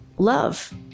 Love